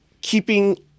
keeping